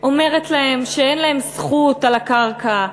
אומרת להם שאין להם זכות על הקרקע,